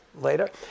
later